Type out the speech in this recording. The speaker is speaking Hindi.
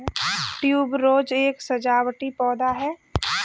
ट्यूबरोज एक सजावटी पौधा है